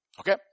Okay